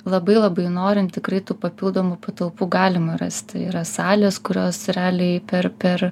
labai labai norint tikrai tų papildomų patalpų galima rasti yra salės kurios realiai per per